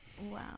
wow